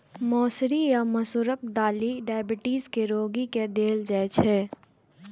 मौसरी या मसूरक दालि डाइबिटीज के रोगी के देल जाइ छै